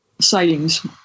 sightings